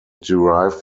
derived